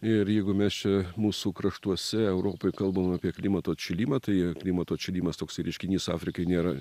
ir jeigu mes čia mūsų kraštuose europoj kalbam apie klimato atšilimą tai klimato atšilimas toks reiškinys afrikai nėra